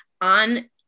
on